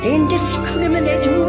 Indiscriminate